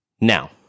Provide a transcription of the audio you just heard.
Now